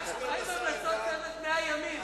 מה עם המלצות 100 הימים?